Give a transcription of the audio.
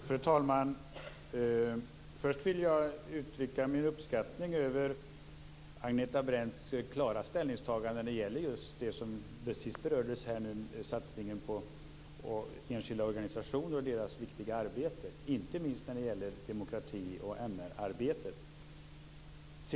Fru talman! Först vill jag uttryck min uppskattning över Agneta Brendts klara ställningstagande när det gäller just det som berördes sist, nämligen satsningen på enskilda organisationer och deras viktiga arbete - inte minst demokrati och MR-arbetet.